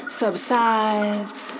subsides